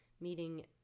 meeting